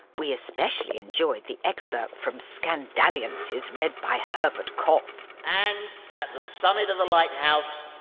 we especially enjoyed the excerpt from scandalliances, read by herbert cough. and at the summit of the lighthouse,